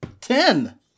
Ten